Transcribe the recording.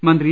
മന്ത്രി ഇ